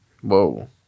Whoa